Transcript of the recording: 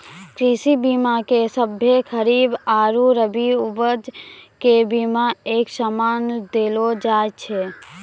कृषि बीमा मे सभ्भे खरीक आरु रवि उपज के बिमा एक समान देलो जाय छै